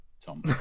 tom